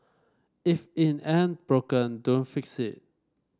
if it ain't broken don't fix it